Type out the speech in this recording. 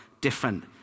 different